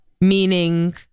meaning